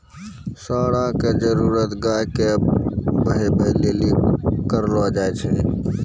साँड़ा के जरुरत गाय के बहबै लेली करलो जाय छै